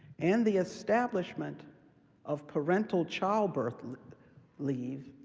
and the establishment of parental childbirth leave,